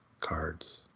cards